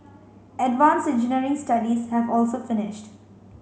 advance engineering studies have also finished